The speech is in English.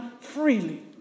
freely